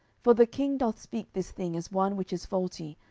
for the king doth speak this thing as one which is faulty,